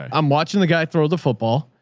um i'm watching the guy throw the football.